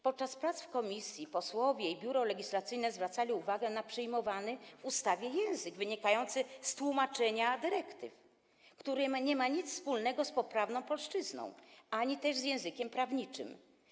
Podczas prac w komisji posłowie i Biuro Legislacyjne zwracali uwagę na przyjmowany w ustawie język wynikający z tłumaczenia dyrektyw, który nie ma nic wspólnego z poprawną polszczyzną ani też z językiem prawniczym.